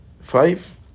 five